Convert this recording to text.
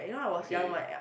okay